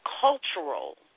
cultural